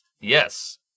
Yes